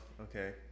okay